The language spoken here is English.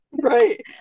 right